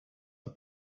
are